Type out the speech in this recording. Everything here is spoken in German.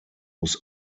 muss